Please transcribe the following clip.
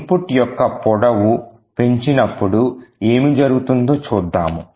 ఇప్పుడు input యొక్క పొడవు పెంచినప్పుడు ఏమి జరుగుతుందో చూద్దాము